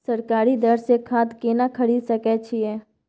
सरकारी दर से खाद केना खरीद सकै छिये?